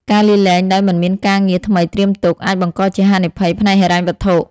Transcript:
ការលាលែងដោយមិនមានការងារថ្មីត្រៀមទុក អាចបង្កជាហានិភ័យផ្នែកហិរញ្ញវត្ថុ។